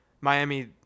Miami